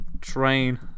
train